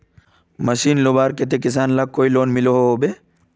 Machine लुबार केते किसान लाक कोई लोन मिलोहो होबे?